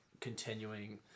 continuing